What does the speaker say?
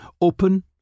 open